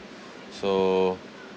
so